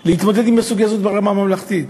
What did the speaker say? החלטה להתמודד עם הסוגיה הזאת ברמה הממלכתית.